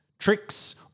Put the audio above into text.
tricks